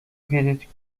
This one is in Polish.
wiedzieć